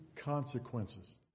consequences